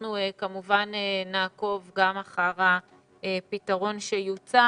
אנחנו כמובן נעקוב גם אחרי הפתרון שיוצע.